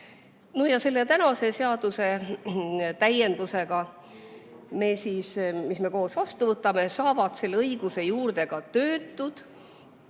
Selle tänase seaduse täiendusega, mis me koos vastu võtame, saavad selle õiguse juurde ka töötud,